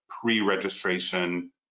pre-registration